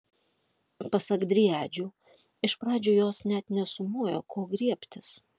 pasak driadžių iš pradžių jos net nesumojo ko griebtis